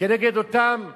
כנגד אותם מחבלים?